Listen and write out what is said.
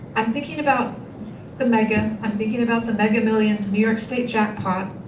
i'm thinking about the mega. i'm thinking about the mega millions new york state jackpot.